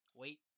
wait